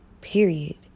period